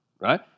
Right